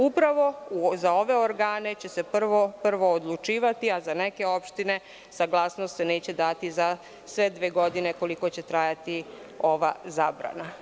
Upravo za ove organe će se prvo odlučivati, a za neke opštine saglasnost se neće dati za dve godine, koliko će trajati ova zabrana.